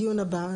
דיון הבא.